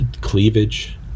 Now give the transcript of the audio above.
cleavage